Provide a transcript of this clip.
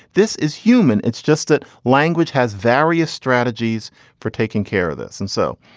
this is human. it's just that language has various strategies for taking care of this. and so,